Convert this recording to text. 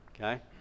okay